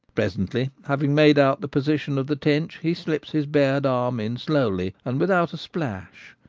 presently, having made out the position of the tench, he slips his bared arm in slowly, and without splash,